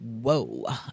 whoa